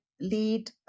lead